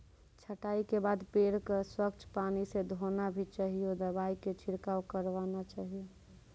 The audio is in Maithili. छंटाई के बाद पेड़ क स्वच्छ पानी स धोना भी चाहियो, दवाई के छिड़काव करवाना चाहियो